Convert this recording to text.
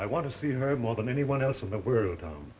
i want to see her more than anyone else in the world